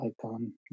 icon